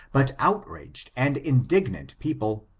but outraged and indignant people,